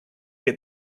get